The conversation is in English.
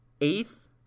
Eighth